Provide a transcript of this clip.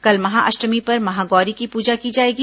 कल महाअष्टमी पर महागौरी की पूजा की जाएगी